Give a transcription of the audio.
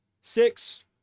Six